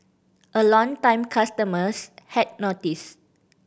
and longtime customers had noticed